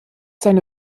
seine